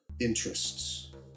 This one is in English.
interests